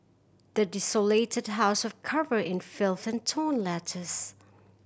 the desolated house was covered in filth and torn letters